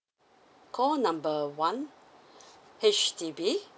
call number one H_D_B